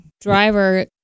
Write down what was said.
driver